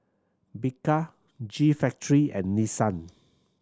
Bika G Factory and Nissan